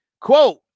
quote